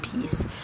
Peace